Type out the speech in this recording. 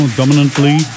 dominantly